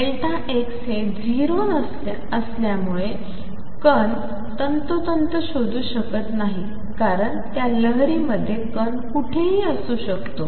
Δx हे ० असल्यामुळे कण तंतोतंत शोधू शकत नाही कारण त्या लहरीमध्ये कण कुठेही असू शकतो